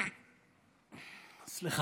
תודה,